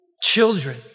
Children